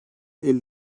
elli